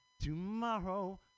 tomorrow